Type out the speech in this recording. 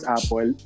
Apple